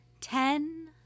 Ten